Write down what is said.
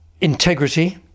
Integrity